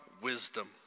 wisdom